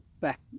back